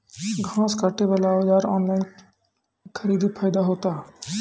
घास काटे बला औजार ऑनलाइन खरीदी फायदा होता?